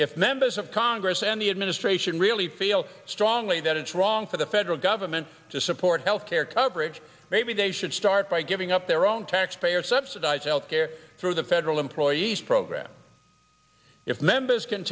if members of congress and the administration really feel strongly that it's wrong for the federal government to support health care coverage maybe they should start by giving up their own taxpayer subsidized health care through the federal employees program if members can